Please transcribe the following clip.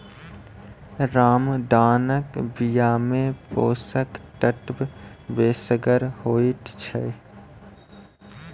रामदानाक बियामे पोषक तत्व बेसगर होइत छै